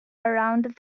around